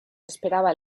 esperaba